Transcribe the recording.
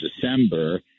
December